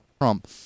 Trump